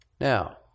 Now